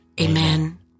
Amen